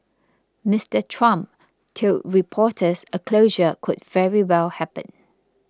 Mister Trump told reporters a closure could very well happen